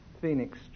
Phoenix